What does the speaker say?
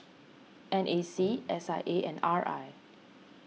N A C S I A and R I